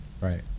Right